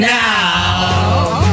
now